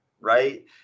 right